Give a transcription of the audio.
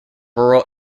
rural